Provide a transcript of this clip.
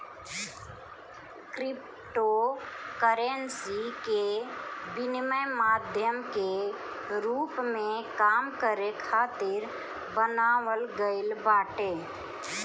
cryptocurrency के विनिमय माध्यम के रूप में काम करे खातिर बनावल गईल बाटे